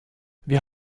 wir